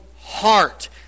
heart